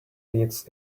beats